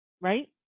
right